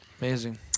Amazing